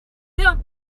bien